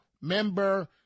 member